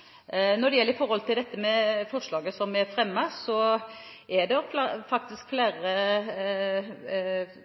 når det kan iverksettes. Når det gjelder forslaget som er fremmet, er det faktisk flere